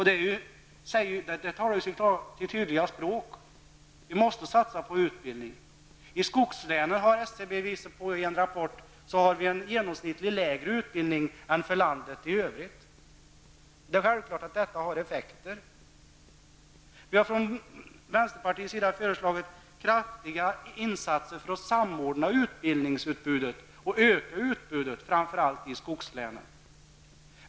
Detta talar sitt tydliga språk, nämligen att vi måste satsa på utbildning. I skogslänen har SCB i en rapport påvisat en genomsnittligt lägre utbildning än vad man har i landet i övrigt. Självklart får detta effekter. Vänsterpartiet har föreslagit kraftiga insatser för att samordna utbildningsutbudet och öka detsamma i framför allt skogslänen.